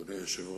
אדוני היושב-ראש,